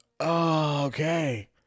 Okay